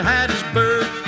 Hattiesburg